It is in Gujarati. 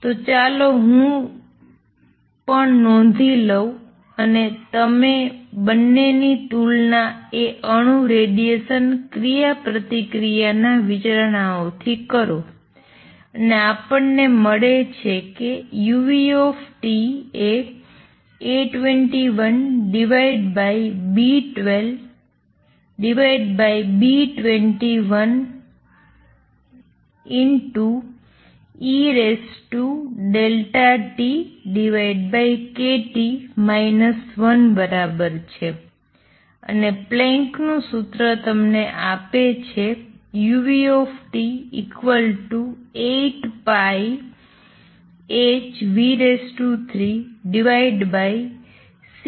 તો ચાલો હું પણ નોંધી લવ અને તમે બંનેની તુલના એ અણુ રેડિએશન ક્રિયાપ્રતિક્રિયાની વિચારણાઓથી કરો અને આપણને મળે છે કે uT એ A21B12 B21 eΔEkT 1 બરાબર છે અને પ્લેન્કનુંPlanck's સૂત્ર તમને આપે છે uT 8πh3c3ehνkT 1